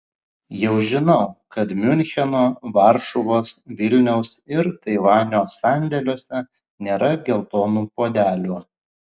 jau žinau kad miuncheno varšuvos vilniaus ir taivanio sandėliuose nėra geltonų puodelių